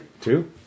Two